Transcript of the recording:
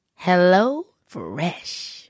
HelloFresh